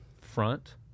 front